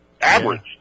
Averaged